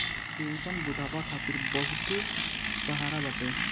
pension बुढ़ापा खातिर बहुते सहारा बाटे